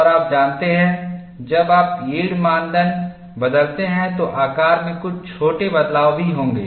और आप जानते हैं जब आप यील्ड मानदंड बदलते हैं तो आकार में कुछ छोटे बदलाव भी होंगे